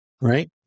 Right